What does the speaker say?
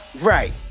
Right